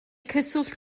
cyswllt